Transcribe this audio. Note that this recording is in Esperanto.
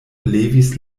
levis